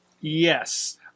Yes